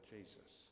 Jesus